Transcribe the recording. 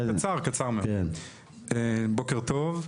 בוקר טוב.